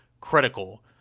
critical